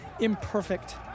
imperfect